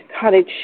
cottage